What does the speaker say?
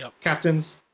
captains